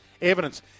evidence